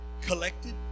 collected